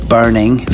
Burning